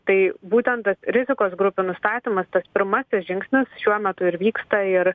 tai būtent tas rizikos grupių nustatymas tas pirmasis žingsnis šiuo metu ir vyksta ir